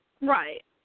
Right